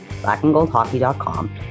blackandgoldhockey.com